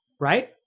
Right